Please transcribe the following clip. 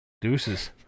Deuces